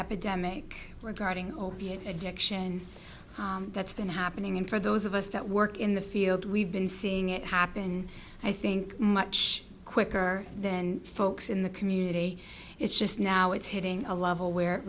epidemic regarding opiate addiction that's been happening for those of us that work in the field we've been seeing it happen i think much quicker than folks in the community it's just now it's hitting a level where